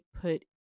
put